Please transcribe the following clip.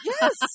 Yes